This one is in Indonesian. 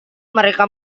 mereka